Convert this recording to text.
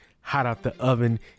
hot-out-the-oven